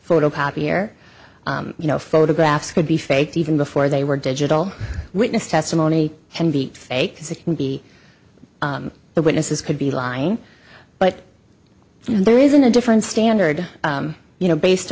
photocopier you know photographs could be faked even before they were digital witness testimony can be faked as it can be the witnesses could be lying but there isn't a different standard you know based